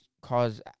cause